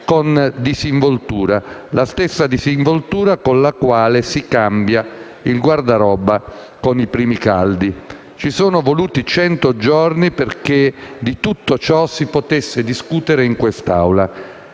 con la stessa disinvoltura con la quale si cambia il guardaroba con i primi caldi. Ci sono voluti cento giorni perché di tutto ciò si potesse discutere in questa